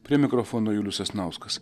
prie mikrofono julius sasnauskas